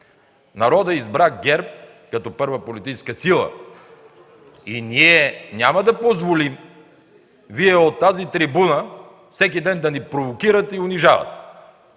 народът избра ГЕРБ като първа политическа сила и ние няма да позволим Вие от тази трибуна всеки ден да ни провокирате и унижавате,